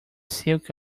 silk